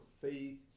faith